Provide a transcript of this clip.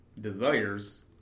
desires